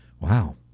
Wow